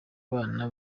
bana